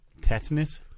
Tetanus